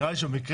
אני ממליץ